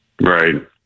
right